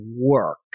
work